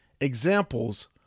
examples